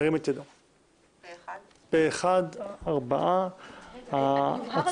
הצבעה בעד, פה אחד ההצעה אושרה.